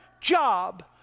job